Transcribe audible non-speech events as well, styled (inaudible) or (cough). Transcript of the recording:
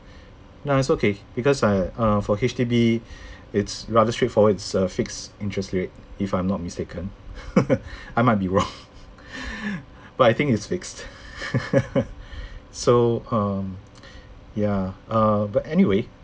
nah it's okay because I uh for H_D_B it's rather straightforward it's a fixed interest rate if I'm not mistaken (laughs) I might be wrong (laughs) but I think it's fixed (laughs) so um (noise) ya uh but anyway